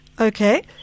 okay